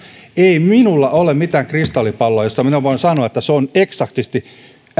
ei minulla ole mitään kristallipalloa josta minä voin sanoa eksaktisti että